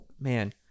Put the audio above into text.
man